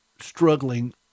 struggling